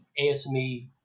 ASME